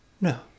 No